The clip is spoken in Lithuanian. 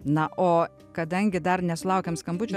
na o kadangi dar nesulaukiam skambučio